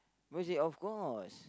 music of course